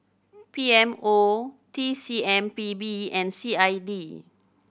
P M O T C M P B and C I D